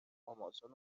آمازون